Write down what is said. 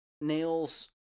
Nail's